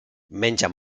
menja